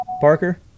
Parker